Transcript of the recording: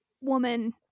woman